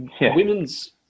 women's